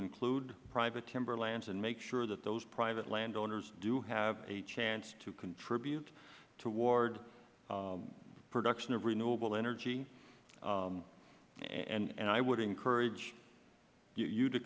include private timber lands and make sure that those private landowners do have a chance to contribute toward production of renewable energy and i would encourage you to